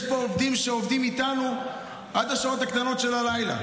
יש פה עובדים שעובדים איתנו עד השעות הקטנות של הלילה,